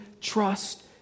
trust